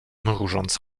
mrużąc